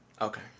Okay